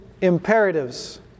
imperatives